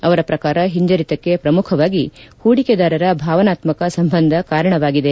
ಅವರ ಪ್ರಕಾರ ಹಿಂಜರಿತಕ್ಕೆ ಪ್ರಮುಖವಾಗಿ ಹೂಡಿಕೆದಾರರ ಭಾವನಾತ್ಮಕ ಸಂಬಂಧ ಕಾರಣವಾಗಿದೆ